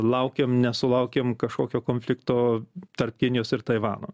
laukiam nesulaukiame kažkokio konflikto tarp kinijos ir taivano